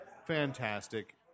fantastic